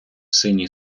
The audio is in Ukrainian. синій